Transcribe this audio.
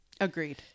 agreed